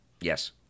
Yes